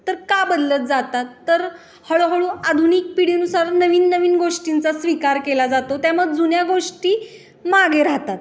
तर का बदलत जातात तर हळूहळू आधुनिक पिढीनुसार नवीन नवीन गोष्टींचा स्वीकार केला जातो त्या मग जुन्या गोष्टी मागे राहतात